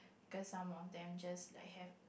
cause some of them just like have